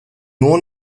nur